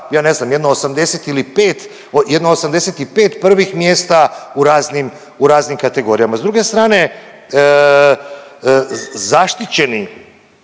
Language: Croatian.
80 ili pet jedno 85 prvih mjesta u raznim kategorijama. S druge strane zaštićeni